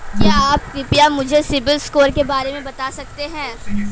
क्या आप कृपया मुझे सिबिल स्कोर के बारे में बता सकते हैं?